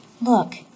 Look